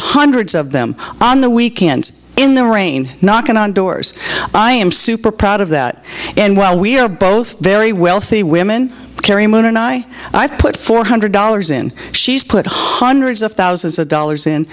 hundreds of them on the weekends in the rain knocking on doors i am super proud of that and while we are both very wealthy women carry moon and i have put four hundred dollars in she's put hundreds of thousands of dollars in